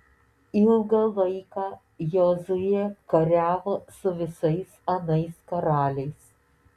ilgą laiką jozuė kariavo su visais anais karaliais